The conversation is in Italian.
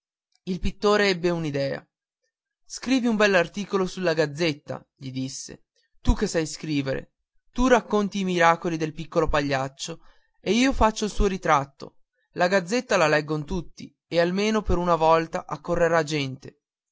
il pittore ebbe un'idea scrivi un bell'articolo sulla gazzetta gli disse tu che sai scrivere tu racconti i miracoli del piccolo pagliaccio e io faccio il suo ritratto la gazzetta la leggon tutti e almeno per una volta accorrerà gente